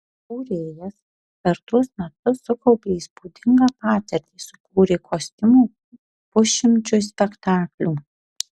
kūrėjas per tuos metus sukaupė įspūdingą patirtį sukūrė kostiumų pusšimčiui spektaklių